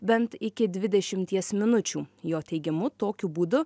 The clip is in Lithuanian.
bent iki dvidešimties minučių jo teigimu tokiu būdu